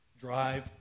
drive